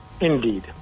Indeed